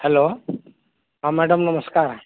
hello ହଁ madam ନମସ୍କାର୍